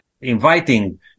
inviting